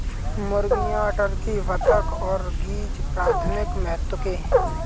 मुर्गियां, टर्की, बत्तख और गीज़ प्राथमिक महत्व के हैं